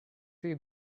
see